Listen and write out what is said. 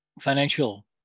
financial